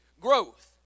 growth